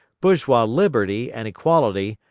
bourgeois liberty and equality,